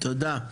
תודה,